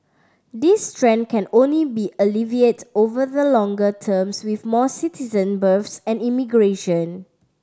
this trend can only be alleviated over the longer terms with more citizen births and immigration